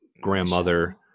grandmother